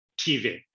TV